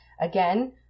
Again